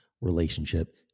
relationship